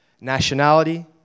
nationality